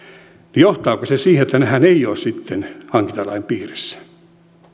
johtaako se siihen että nehän eivät ole sitten hankintalain piirissä